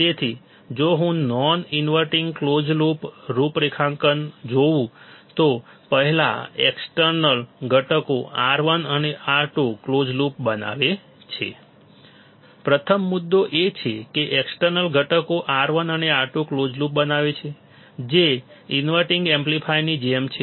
તેથી જો હું નોન ઇન્વર્ટીંગ ક્લોઝ લૂપ રૂઉપરેખાંકન જોઉં તો પહેલા એક્સટર્નલ ઘટકો R1 અને R2 કલોઝ લૂપ બનાવે છે પ્રથમ મુદ્દો એ છે કે એક્સટર્નલ ઘટકો R1 અને R2 કલોઝ લૂપ બનાવે છે જે ઇન્વર્ટીંગ એમ્પ્લીફાયરની જેમ છે